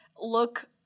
look